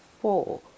four